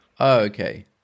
Okay